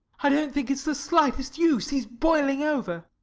i don't think it's the slightest use. he's boiling over.